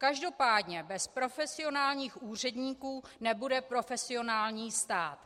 Každopádně bez profesionálních úředníků nebude profesionální stát.